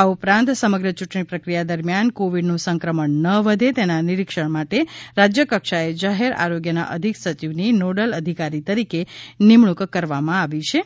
આ ઉપરાંત સમગ્ર ચૂંટણી પ્રક્રિયા દરમિયાન કોવિડનું સંક્રમણ ન વધે તેના નિરિક્ષણ માટે રાજ્ય કક્ષાએ જાહેર આરોગ્યના અધિક સચિવની નોડલ અધિકારી તરીકે નિમણૂંક કરવામાં આવી છે